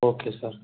okay sir